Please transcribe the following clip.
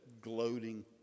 gloating